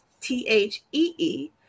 t-h-e-e